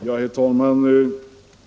Herr talman!